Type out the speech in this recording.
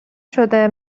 شده